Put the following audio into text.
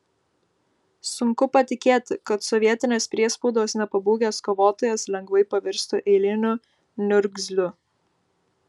sunku patikėti kad sovietinės priespaudos nepabūgęs kovotojas lengvai pavirstų eiliniu niurgzliu